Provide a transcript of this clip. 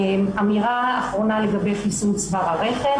אמירה אחרונה לגבי חיסון צוואר הרחם,